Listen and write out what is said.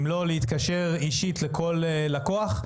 אם לא להתקשר אישית לכל לקוח,